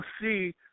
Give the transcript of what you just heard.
see